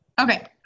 Okay